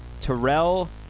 Terrell